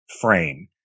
frame